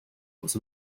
was